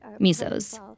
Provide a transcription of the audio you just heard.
MISOs